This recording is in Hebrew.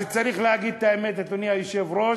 אז צריך להגיד את האמת, אדוני היושב-ראש,